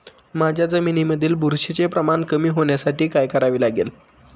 माझ्या जमिनीमधील बुरशीचे प्रमाण कमी होण्यासाठी काय करावे लागेल?